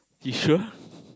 you sure